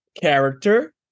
character